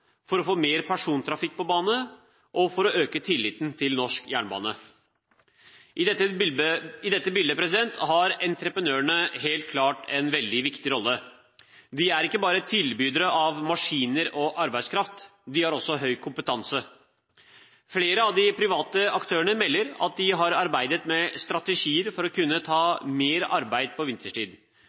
for å få mer persontrafikk på bane og for å øke tilliten til norsk jernbane. I dette bildet har entreprenørene helt klart en veldig viktig rolle. De er ikke bare tilbydere av maskiner og arbeidskraft, de har også høy kompetanse. Flere av de private aktørene melder at de har arbeidet med strategier for å kunne ta mer arbeid vinterstid. På